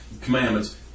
commandments